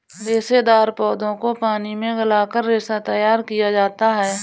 रेशेदार पौधों को पानी में गलाकर रेशा तैयार किया जाता है